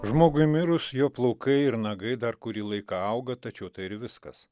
žmogui mirus jo plaukai ir nagai dar kurį laiką auga tačiau tai ir viskas